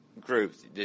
groups